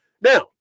Now